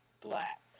black